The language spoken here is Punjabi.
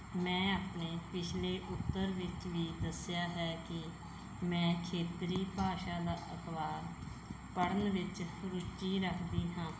ਮੈਂ ਆਪਣੇ ਪਿਛਲੇ ਉੱਤਰ ਵਿੱਚ ਵੀ ਦੱਸਿਆ ਹੈ ਕਿ ਮੈਂ ਖੇਤਰੀ ਭਾਸ਼ਾ ਦਾ ਅਖਬਾਰ ਪੜ੍ਹਨ ਵਿੱਚ ਰੁਚੀ ਰੱਖਦੀ ਹਾਂ